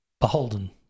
beholden